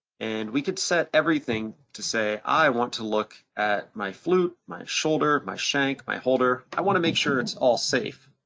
and we could set everything to say, i want to look at my flute, my shoulder, my shank, my holder, i wanna make sure it's all safe.